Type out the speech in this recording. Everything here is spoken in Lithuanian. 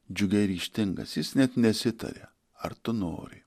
džiugiai ryžtingas jis net nesitarė ar tu nori